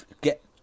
get